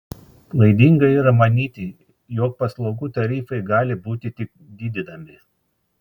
klaidinga yra manyti jog paslaugų tarifai gali būti tik didinami